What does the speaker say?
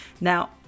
now